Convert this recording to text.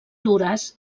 dures